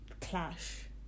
clash